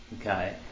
Okay